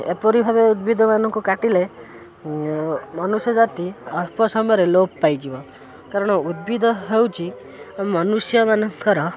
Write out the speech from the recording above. ଏପରି ଭାବେ ଉଦ୍ଭିଦମାନଙ୍କୁ କାଟିଲେ ମନୁଷ୍ୟ ଜାତି ଅଳ୍ପ ସମୟରେ ଲୋପ ପାଇଯିବ କାରଣ ଉଦ୍ଭିଦ ହେଉଛି ମନୁଷ୍ୟମାନଙ୍କର